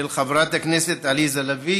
של חברת הכנסת עליזה לביא